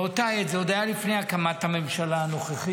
באותה עת, זה היה עוד לפני הקמת הממשלה הנוכחית,